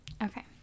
Okay